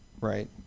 right